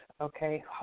okay